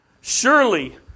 Surely